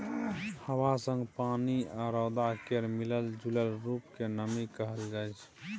हबा संग पानि आ रौद केर मिलल जूलल रुप केँ नमी कहल जाइ छै